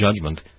judgment